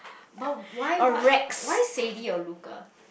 but why what why Sadie or Luca